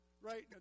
Right